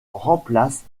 remplace